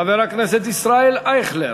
חבר הכנסת ישראל אייכלר,